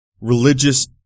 religious